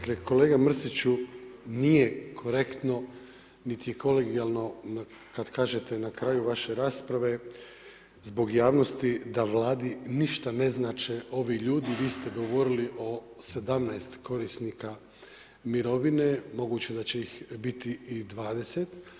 Kolega Mrsiću, nije korektno niti kolegijalno kad kažete na kraju vaše rasprave zbog javnosti, da Vladi ništa ne znače ovi ljudi, vi ste govorili o 17 korisnika mirovine, moguće da će ih biti i 20.